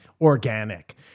organic